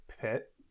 pit